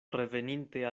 reveninte